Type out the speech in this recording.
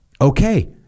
okay